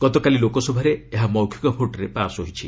ଗତକାଲି ଲୋକସଭାରେ ଏହା ମୌଖିକ ଭୋଟ୍ରେ ପାଶ୍ ହୋଇଛି